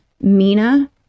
Mina